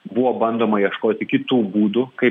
buvo bandoma ieškoti kitų būdų kaip